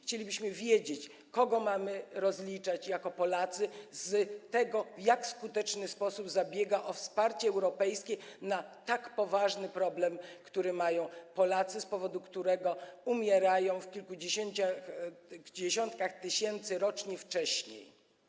Chcielibyśmy wiedzieć, kogo mamy rozliczać jako Polacy z tego, w jak skuteczny sposób zabiega o wsparcie europejskie w kwestii tak poważnego problemu, który mają Polacy, z powodu którego umierają ich dziesiątki tysięcy rocznie wcześniej.